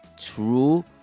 true